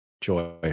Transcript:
joy